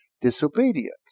disobedience